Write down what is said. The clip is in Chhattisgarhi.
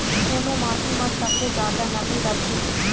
कोन माटी म सबले जादा नमी रथे?